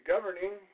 governing